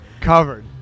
Covered